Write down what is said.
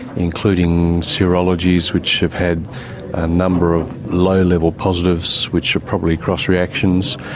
including serologies which have had a number of low-level positives which are probably cross reactions.